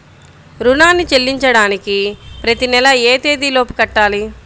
రుణాన్ని చెల్లించడానికి ప్రతి నెల ఏ తేదీ లోపు కట్టాలి?